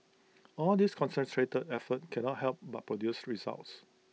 all this concentrated effort cannot help but produce results